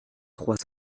trois